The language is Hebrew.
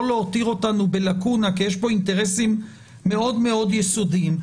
להותיר אותנו בלקונה כי יש פה אינטרסים מאוד יסודיים.